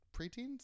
preteens